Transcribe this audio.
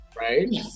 right